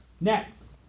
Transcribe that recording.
Next